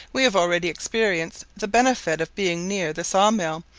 we have already experienced the benefit of being near the saw-mill,